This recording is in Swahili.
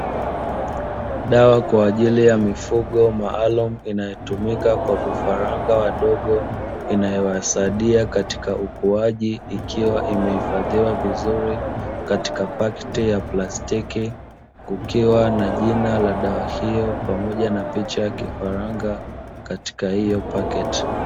Dawa kwa ajili ya mifugo maalumu inayotumika kwa vifaranga wadogo, inayowasaidia katika ukuaji, ikiwa imehifadhiwa vizuri katika pakiti ya plastiki, kukiwa na jina la dawa hiyo pamoja na picha ya kifaranga katika hiyo pakiti.